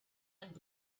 end